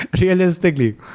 realistically